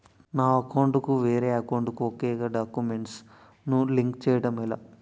నా అకౌంట్ కు వేరే అకౌంట్ ఒక గడాక్యుమెంట్స్ ను లింక్ చేయడం ఎలా?